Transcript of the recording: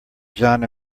john